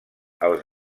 els